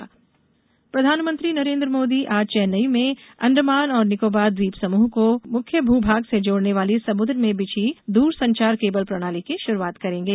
PM उदघाटन प्रधानमंत्री नरेन्द्र मोदी आज चेन्नई में अंडमान और निकोबार द्वीप समूह को मुख्य भू भाग से जोड़ने वाली समुद्र में बिछी दूर संचार केबल प्रणाली की शुरूआत करेंगे